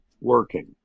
working